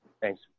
Thanks